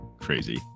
crazy